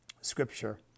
scripture